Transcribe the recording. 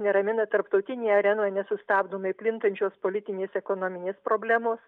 neramina tarptautinėj arenoj nesustabdomai plintančios politinės ekonominės problemos